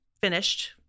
finished